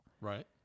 Right